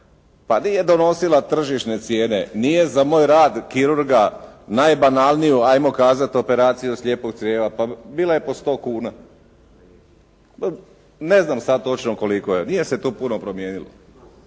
pa nije donosila tržišne cijene, nije za moj rad kirurga najbanalniju, 'ajmo kazat, operaciju slijepog crijeva, bila je po 100 kuna. Ne znam sad točno koliko je, nije se to puno promijenilo.